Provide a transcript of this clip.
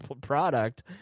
product